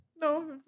No